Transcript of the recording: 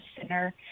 Center